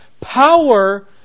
power